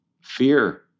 Fear